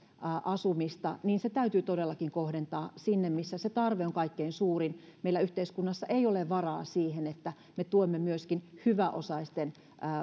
asumista niin se täytyy todellakin kohdentaa sinne missä se tarve on kaikkein suurin meillä yhteiskunnassa ei ole varaa siihen että me tuemme myöskin hyväosaisten